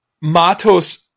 Matos